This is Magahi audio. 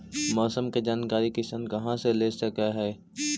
मौसम के जानकारी किसान कहा से ले सकै है?